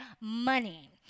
money